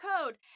code